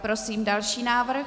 Prosím další návrh.